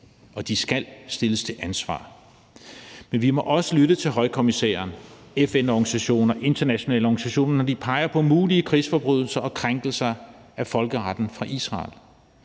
og det skal de stilles til ansvar for. Men vi må også lytte til højkommissæren, FN-organisationer, internationale organisationer, når de peger på mulige krigsforbrydelser og krænkelser af folkeretten fra Israel.